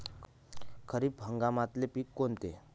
खरीप हंगामातले पिकं कोनते?